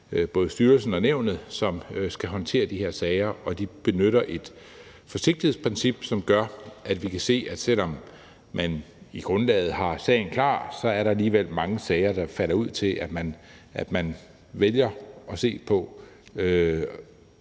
og Flygtningenævnet, som skal håndtere de her sager, og de benytter et forsigtighedsprincip, som gør, at vi kan se, at selv om man i grundlaget har sagen klar, er der alligevel mange sager, der falder sådan ud, at man vælger at se på,